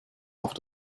auf